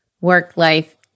work-life